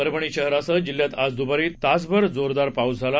परभणी शहरासह जिल्ह्यात आज दुपारी तासभर जोरदार पाऊस झाला